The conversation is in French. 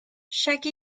chaque